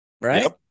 Right